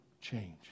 change